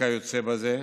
וכיוצא באלה.